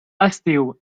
estiu